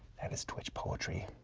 that is twitch poetry.